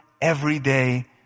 everyday